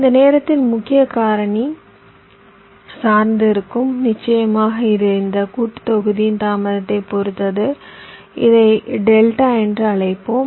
இந்த நேரத்தின் முக்கிய காரணி சார்ந்து இருக்கும் நிச்சயமாக இது இந்த கூட்டுத் தொகுதியின் தாமதத்தைப் பொறுத்தது இதை டெல்டா என்று அழைப்போம்